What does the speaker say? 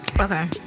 Okay